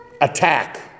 attack